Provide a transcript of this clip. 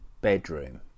bedroom